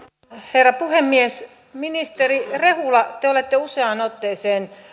herra puhemies ministeri rehula te olette useaan otteeseen